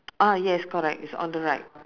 ah yes correct it's on the right